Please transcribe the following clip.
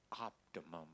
optimum